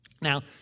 Now